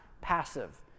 passive